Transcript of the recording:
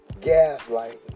Gaslight